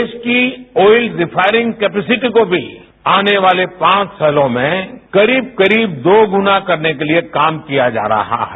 देश की oil refining capacity को भी आने वाले पांच सालों में करीब करीब दो गुणा करने के लिए काम किया जा रहा है